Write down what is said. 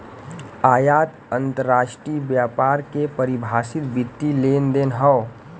आयात अंतरराष्ट्रीय व्यापार के परिभाषित वित्तीय लेनदेन हौ